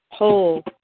Whole